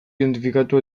identifikatu